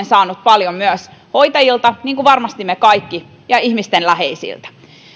saanut paljon samanlaisia yhteydenottoja hoitajilta niin kuin varmasti me kaikki ja ihmisten läheisiltä